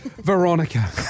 Veronica